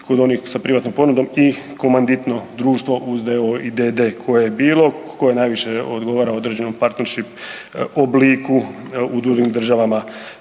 kod onih sa privatnom ponudom i komanditno društvo uz d.o.o. i d.d. koje je bilo koje najviše odgovara određenom partnership obliku u drugim državama